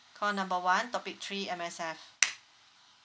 call number one topic three M_S_F